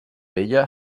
vella